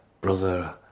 brother